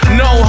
no